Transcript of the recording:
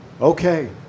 Okay